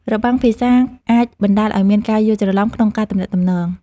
របាំងភាសាអាចបណ្ដាលឱ្យមានការយល់ច្រឡំក្នុងការទំនាក់ទំនង។